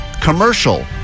commercial